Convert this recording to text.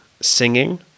singing